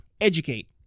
Educate